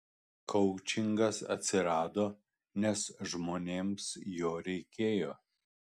koučingas atsirado nes žmonėms jo reikėjo